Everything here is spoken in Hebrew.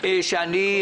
ישלמו